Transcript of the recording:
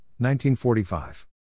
1945